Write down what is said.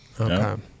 Okay